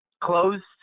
Closed